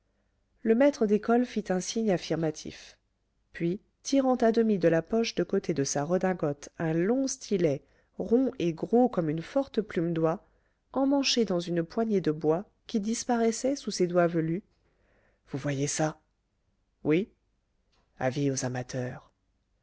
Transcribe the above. le maître d'école fit un signe affirmatif puis tirant à demi de la poche de côté de sa redingote un long stylet rond et gros comme une forte plume d'oie emmanché dans une poignée de bois qui disparaissait sous ses doigts velus vous voyez ça oui avis aux amateurs